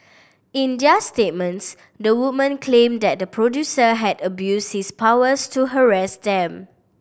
in their statements the women claim that the producer had abused his powers to harass them